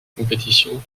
compétition